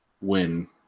win